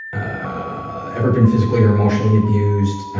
ah ever been physically or emotionally abused?